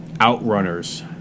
Outrunners